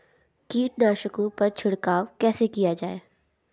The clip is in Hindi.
कीटनाशकों पर छिड़काव कैसे किया जाए?